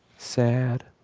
sad.